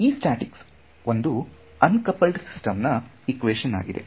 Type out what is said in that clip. ಈ ಸ್ಟಾಟಿಕ್ಸ್ ಒಂದು uncoupled system ನಾ ಇಕ್ವೇಶನ್ ಆಗಿದೆ